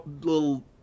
little